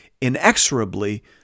inexorably